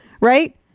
Right